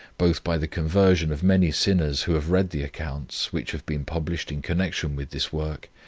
both by the conversion of many sinners who have read the accounts, which have been published in connection with this work,